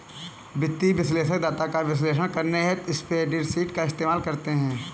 वित्तीय विश्लेषक डाटा का विश्लेषण करने हेतु स्प्रेडशीट का इस्तेमाल करते हैं